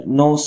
no